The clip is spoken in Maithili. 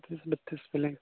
एकतीस बत्तीस भेलै